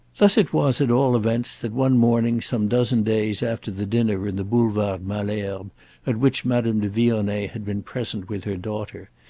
thus it was at all events that, one morning some dozen days after the dinner in the boulevard malesherbes at which madame de vionnet had been present with her daughter,